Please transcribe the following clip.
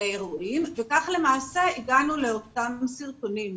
האירועים וכך למעשה הגענו לאותם סרטונים.